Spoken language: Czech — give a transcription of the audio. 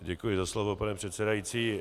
Děkuji za slovo, pane předsedající.